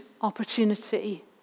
opportunity